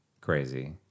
crazy